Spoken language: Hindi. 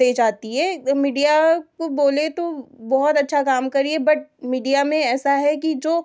दे जाती है मीडिया को बोले तो बहुत अच्छा काम कर रही है बट मीडिया में ऐसा है कि जो